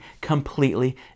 completely